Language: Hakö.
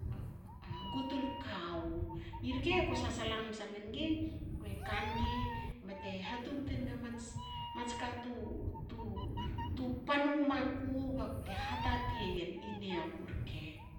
A gutul kawu irke ko sasala hamansa mengi kue kangi bte ha tubtu enga mats mats katu tu tu tu pan womaku bakute hatati egen i niaku rke